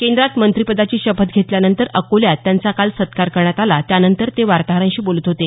केंद्रात मंत्रीपदाची शपथ घेतल्यानंतर अकोल्यात त्यांचा काल सत्कार करणात आला त्यानंतर ते वार्ताहरांशी बोलत होते